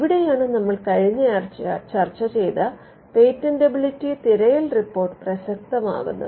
ഇവിടെയാണ് നമ്മൾ കഴിഞ്ഞ ആഴ്ച ചർച്ച ചെയ്ത പേറ്റന്റെബിലിറ്റി തിരയൽ റിപ്പോർട്ട് പ്രസക്തമാകുന്നത്